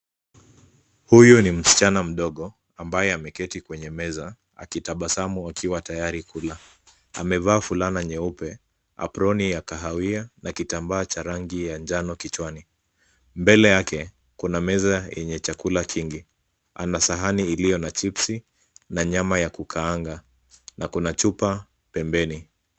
Huyu ni msichana mdogo ambaye ameketi kwenye meza akitabasamu wakiwa tayari kula. Amevaa fulana nyeupe aproni ya kahawia na kitambaa cha rangi ya njano kichwani. Mbele yake kuna meza yenye chakula kingi. Ana sahani iliyo na chipsi na nyama ya kukaanga na kuna chupa pembeni.